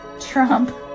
trump